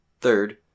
Third